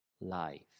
life